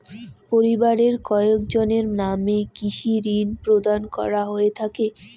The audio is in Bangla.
পরিবারের কয়জনের নামে কৃষি ঋণ প্রদান করা হয়ে থাকে?